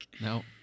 No